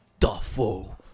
Duffo